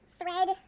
thread